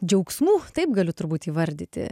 džiaugsmų taip galiu turbūt įvardyti